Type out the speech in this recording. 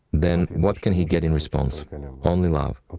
then what can he get in response? only love.